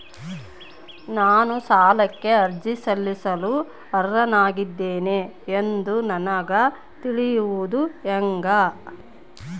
ನಾನು ಸಾಲಕ್ಕೆ ಅರ್ಜಿ ಸಲ್ಲಿಸಲು ಅರ್ಹನಾಗಿದ್ದೇನೆ ಎಂದು ನನಗ ತಿಳಿಯುವುದು ಹೆಂಗ?